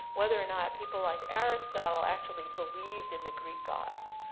whether or not people like aristotle actually believed in the greek gods.